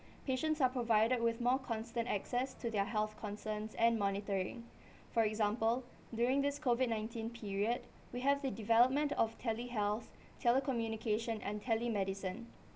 patients are provided with more constant access to their health concerns and monitoring for example during this COVID nineteen period we have the development of telehealth telecommunication and telemedicine